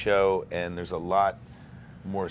show and there's a lot more